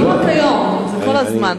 לא רק היום, זה כל הזמן.